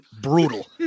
brutal